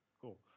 Cool